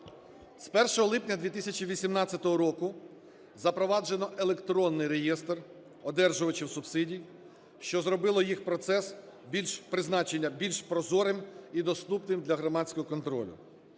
З 1 липня 2018 року запроваджено електронний реєстр одержувачів субсидій, що зробило їх процес призначення більш прозорим і доступним для громадського контролю,